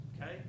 okay